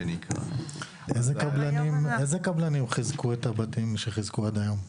איזה קבלנים חיזקו את הבתים שחיזקו עד היום?